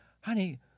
honey